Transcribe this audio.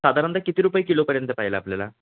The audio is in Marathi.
साधारणतः किती रुपये किलोपर्यंत पाहिल आपल्याला